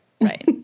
Right